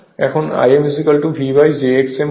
এখন I mVj X m হবে